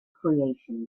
creation